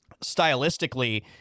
stylistically